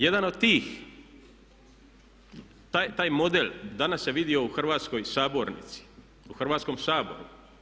Jedan od tih, taj model danas se vidio u hrvatskoj sabornici, u Hrvatskom saboru.